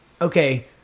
Okay